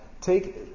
take